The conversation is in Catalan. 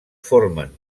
formen